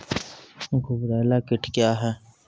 गुबरैला कीट क्या हैं?